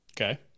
Okay